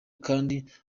kandi